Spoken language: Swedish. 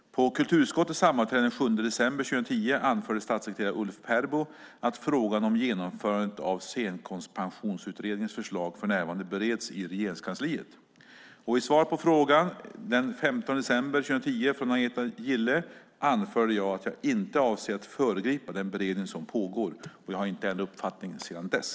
På kulturutskottets sammanträde den 7 december 2010 anförde statssekreteraren Ulf Perbo att frågan om genomförandet av Scenkonstpensionsutredningens förslag för närvarande bereds i Regeringskansliet. I svar på fråga den 15 december 2010 från Agneta Gille anförde jag att jag inte avser att föregripa den beredning som pågår. Jag har inte ändrat uppfattning sedan dess.